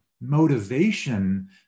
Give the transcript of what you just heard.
motivation